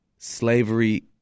Slavery